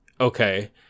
okay